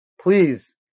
please